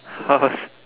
how's